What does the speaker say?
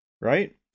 Right